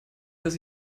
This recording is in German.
dass